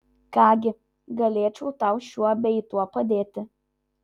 ką gi galėčiau tau šiuo bei tuo padėti